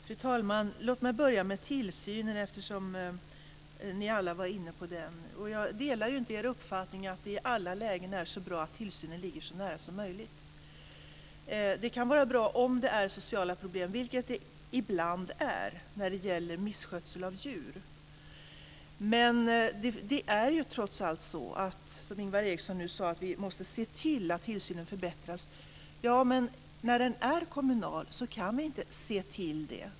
Fru talman! Låt mig börja med tillsynen, eftersom ni alla var inne på den. Jag delar inte er uppfattning att det i alla lägen är bra att tillsynen ligger så nära som möjligt. Det kan vara bra om det är sociala problem, vilket det ibland är när det gäller misskötsel av djur. Men det är trots allt så att vi, som Ingvar Eriksson sade, måste se till att tillsynen förbättras. När den är kommunal kan vi inte se till det.